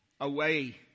away